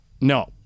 no